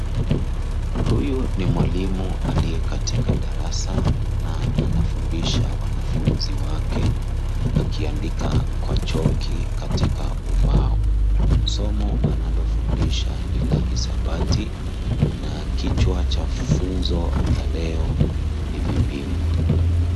Huyu ni mwalimu aliye katika darasa na anafundisha wanafunzi wake, akiandika kwa choki katika ubao. Somo analofundisha ni la hisabati, na kichwa cha funzo la leo ni vipimo.